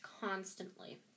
constantly